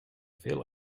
veel